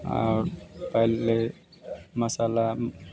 और पहले मसाला